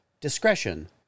Discretion